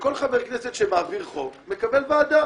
שכל חבר כנסת שמעביר חוק מקבל ועדה